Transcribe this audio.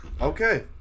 Okay